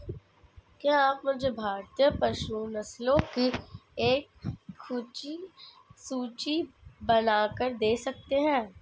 क्या आप मुझे भारतीय पशु नस्लों की एक सूची बनाकर दे सकते हैं?